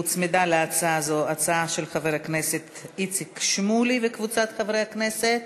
הוצמדה להצעה הזו הצעה של חבר הכנסת איציק שמולי וקבוצת חברי הכנסת.